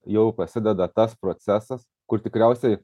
jau prasideda tas procesas kur tikriausiai